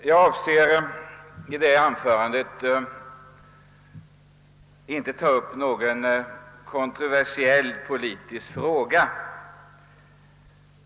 Jag avser i det anförandet inte att ta upp någon kontroversiell politisk fråga.